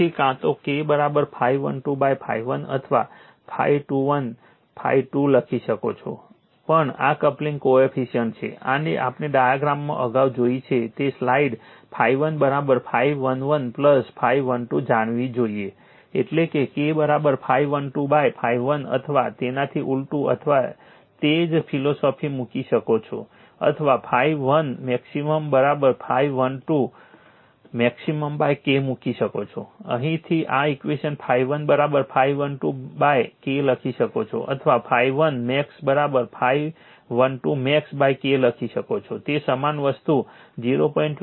તેથી કાં તો K ∅12 ∅1 અથવા ∅21 ∅2 લખી શકો છો આ પણ કપલિંગ કોએફિશિયન્ટ છે આને આપણે ડાયગ્રામમાં અગાઉ જોઈ છે તે સ્લાઇડ ∅1 ∅11 ∅12 જાણવી જોઈએ એટલે કે K ∅12 ∅1 અથવા તેનાથી ઊલટું અથવા તે જ ફિલોસોફી મૂકી શકો છો અથવા ∅1 મેક્સિમમ ∅12 મેક્સિમમ K મૂકી શકો છો અહીંથી આ ઈક્વેશન ∅1 ∅12 K લખી શકો છો અથવા ∅1 max ∅12max K લખી શકો છો તે સમાન વસ્તુ 0